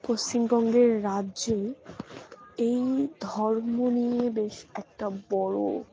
পশ্চিমবঙ্গের রাজ্যে এই ধর্ম নিয়ে বেশ একটা বড়